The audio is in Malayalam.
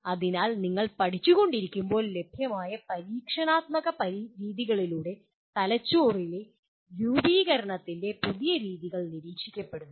അതിനാൽ നിങ്ങൾ പഠിച്ചുകൊണ്ടിരിക്കുമ്പോൾ ലഭ്യമായ പരീക്ഷണാത്മക രീതികളിലൂടെ തലച്ചോറിലെ രൂപീകരണത്തിൻ്റെ പുതിയ രീതികൾ നിരീക്ഷിക്കപ്പെടുന്നു